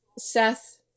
seth